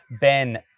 Ben